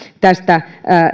tästä